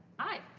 aye.